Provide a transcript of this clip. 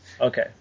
Okay